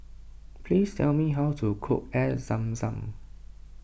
please tell me how to cook Air Zam Zam